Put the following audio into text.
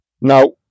Now